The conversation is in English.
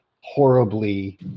horribly